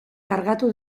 kargatu